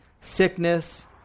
sickness